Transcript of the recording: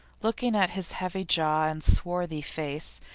looking at his heavy jaw and swarthy face,